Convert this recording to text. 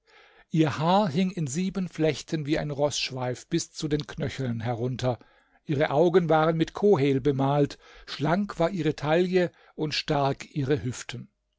ihr haar hing in sieben flechten wie ein roßschweif bis zu den knöcheln herunter ihre augen waren mit kohel bemalt schlank war ihre taille und stark ihre hüften